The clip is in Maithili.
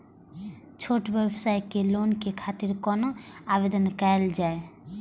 छोट व्यवसाय के लोन के खातिर कोना आवेदन कायल जाय?